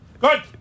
good